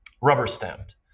rubber-stamped